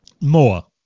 More